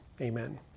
Amen